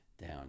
down